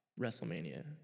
WrestleMania